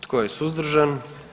Tko je suzdržan?